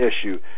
issue